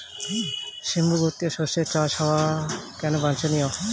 সিম্বু গোত্রীয় শস্যের চাষ হওয়া কেন বাঞ্ছনীয়?